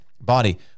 body